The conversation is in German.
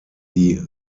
die